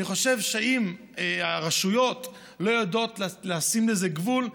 אני חושב שאם הרשויות לא יודעות לשים לזה גבול,